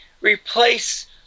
replace